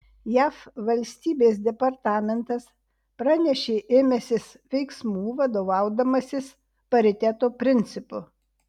jav valstybės departamentas pranešė ėmęsis veiksmų vadovaudamasis pariteto principu